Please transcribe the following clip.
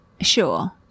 sure